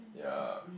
ya